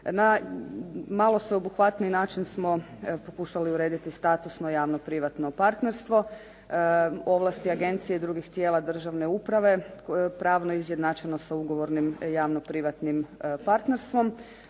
Na malo sveobuhvatniji način smo pokušali urediti statusno javno-privatno partnerstvo, ovlasti agencije i drugih tijela državne uprave pravno izjednačeno sa ugovornim javno-privatnim partnerstvom.